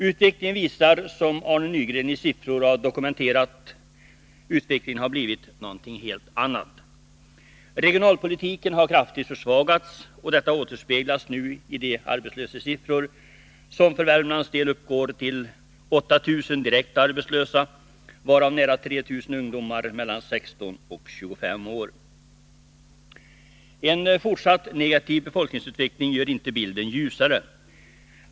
Utvecklingen har, som Arne Nygren i siffror har dokumenterat, blivit någonting helt annat. Regionalpolitiken har kraftigt försvagats, och detta återspeglas nu i de arbetslöshetssiffror som för Värmlands del uppgår till 8 000 direkt arbetslösa, varav nära 3 000 ungdomar mellan 16 och 25 år. En fortsatt negativ befolkningsutveckling gör inte bilden ljusare.